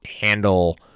handle